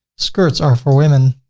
skirts are for women,